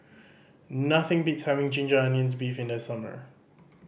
nothing beats having ginger onions beef in the summer